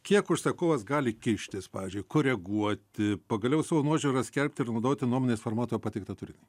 kiek užsakovas gali kištis pavyzdžiui koreguoti pagaliau savo nuožiūra skelbti ir naudoti nuomonės formuotojo pateiktą turinį